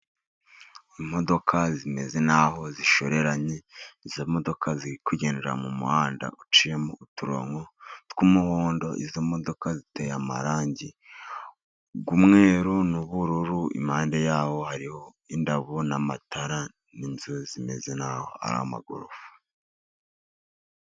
Imodoka zimeze n'aho zishoreranye, izo modoka ziri kugendera mu muhanda uciyemo uturonko tw'umuhondo, izi modoka ziteye amarangi y'umweru n'ubururu, impande yawo hariho indabo n'amatara, n'inzu zimeze nk'aho ari amagorofa.